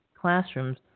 classrooms